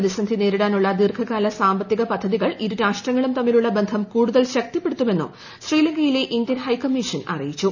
പ്രതിസന്ധി നേരിടാനുള്ള ദീർഘകാലു സ്റ്റ്മ്പത്തിക പദ്ധതികൾ ഇരുരാഷ്ട്രങ്ങളും തമ്മിലുള്ള ബന്ധം കൂടുത്ൽ ശക്തിപ്പെടുത്തുമെന്നും ശ്രീലങ്കയിലെ ഇന്ത്യൻ ഹൈക്കമ്മീഷൻ അറിയിച്ചു